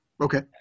Okay